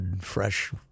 fresh